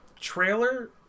trailer